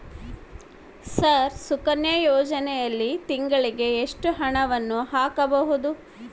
Sir Sukanya ಯೋಜನೆಯಲ್ಲಿ ತಿಂಗಳಿಗೆ ಎಷ್ಟು ಹಣವನ್ನು ಹಾಕಬಹುದು?